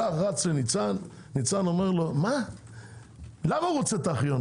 רץ לניתן, ניצן אומר לו: למה רוצה את הארכיון?